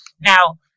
now